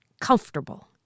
Comfortable